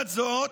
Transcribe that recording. לעומת זאת,